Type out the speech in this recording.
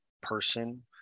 person